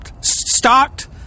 stocked